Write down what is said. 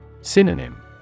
Synonym